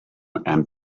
and